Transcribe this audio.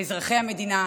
לאזרחי המדינה,